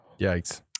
yikes